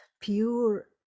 pure